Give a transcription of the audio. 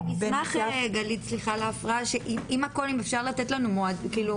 אני אשמח אם אפשר לתת לנו זמנים.